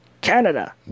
canada